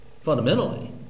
fundamentally